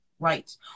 right